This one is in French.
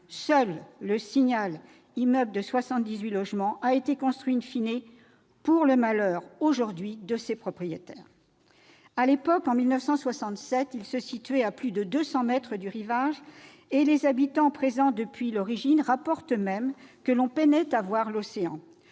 Seul un immeuble de 78 logements, le Signal, a été construit, pour le malheur aujourd'hui de ses propriétaires. En 1967, il se situait à plus de 200 mètres du rivage. Les habitants présents depuis l'origine rapportent même que l'on peinait à voir l'océan